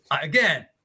again